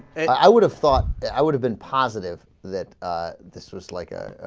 i would have thought i would have been positive that this was like ah.